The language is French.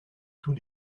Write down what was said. tous